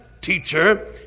teacher